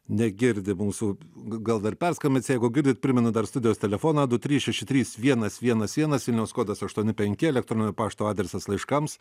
negirdi mūsų g gal dar perskambins jeigu girdit primenu dar studijos telefoną du trys šeši trys vienas vienas vienas vilniaus kodas aštuoni penki elektroninio pašto adresas laiškams